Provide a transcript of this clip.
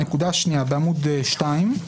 הנקודה השנייה בעמוד 2,